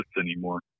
anymore